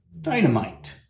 dynamite